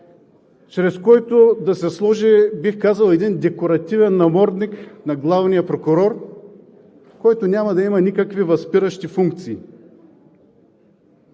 чрез който, бих казал, да се сложи декоративен намордник на главния прокурор, който няма да има никакви възпиращи функции.